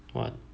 what